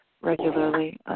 regularly